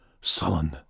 Sullen